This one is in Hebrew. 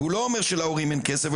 והוא לא אומר שלהורים אין כסף,